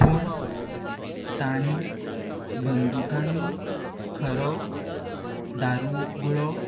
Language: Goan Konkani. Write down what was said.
पूण तांणी बंदुकांनी खरो दारुगळो